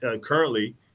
currently